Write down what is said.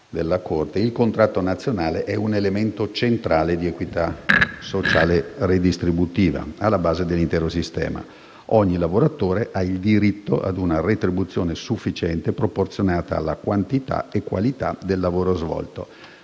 «Il contratto nazionale è un elemento centrale di equità sociale redistributiva alla base dell'intero sistema. Ogni lavoratore ha il diritto ad una retribuzione sufficiente, proporzionata alla quantità e qualità del lavoro svolto,